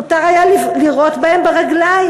מותר היה לירות בהם ברגליים.